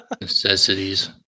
Necessities